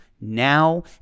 now